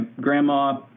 grandma